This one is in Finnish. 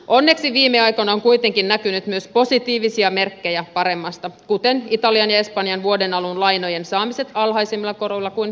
onneksi viime aikoina on kuitenkin näkynyt myös positiivisia merkkejä paremmasta kuten italian ja espanjan vuodenalun lainojen saamiset alhaisemmilla koroilla kuin loppuvuodesta